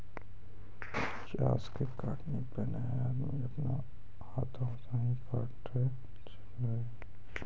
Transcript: चास के कटनी पैनेहे आदमी आपनो हाथै से ही काटै छेलै